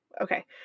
Okay